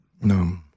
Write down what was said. No